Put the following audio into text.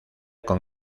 con